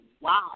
wow